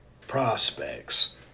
prospects